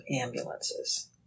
ambulances